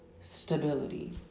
stability